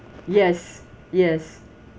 yes yes